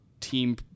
team